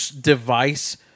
device